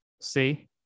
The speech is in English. see